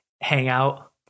hangout